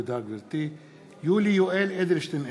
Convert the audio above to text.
(קורא בשמות חברי הכנסת) יולי יואל אדלשטיין,